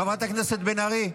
חברת הכנסת בן ארי,